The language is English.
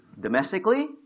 domestically